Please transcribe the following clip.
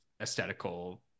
aesthetical